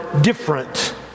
different